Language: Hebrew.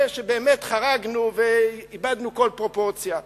שבאמת חרגנו ואיבדנו בו כל פרופורציה.